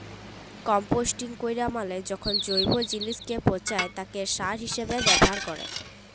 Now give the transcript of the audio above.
composting ক্যরা মালে যখল জৈব জিলিসকে পঁচায় তাকে সার হিসাবে ব্যাভার ক্যরে